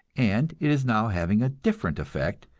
and it is now having a different effect,